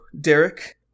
Derek